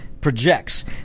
projects